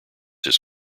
his